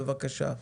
בבקשה.